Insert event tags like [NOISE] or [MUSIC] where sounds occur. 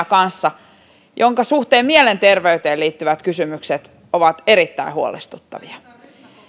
[UNINTELLIGIBLE] kanssa jonka suhteen mielenterveyteen liittyvät kysymykset ovat erittäin huolestuttavia